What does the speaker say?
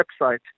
website